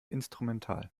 instrumental